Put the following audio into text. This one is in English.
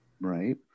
right